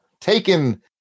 Taken